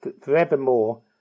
forevermore